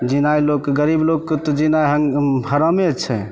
जिनाइ लोककेँ गरीब लोककेँ तऽ जिनाइ हरामे छै